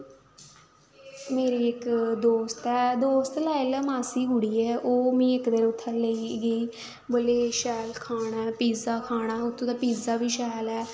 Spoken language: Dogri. मेरी इक दोस्त ऐ दोस्त गै लाई लैओ मासी दी कुड़ी ओ ओह् मिगी इक दिन उत्थें लेइयै गेई मतलव शैल खाना उत्थूं दा पीज़ा बी शैल ऐ